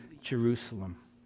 Jerusalem